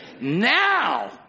Now